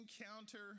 encounter